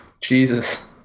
Jesus